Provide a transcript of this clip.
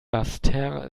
basseterre